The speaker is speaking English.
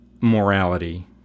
morality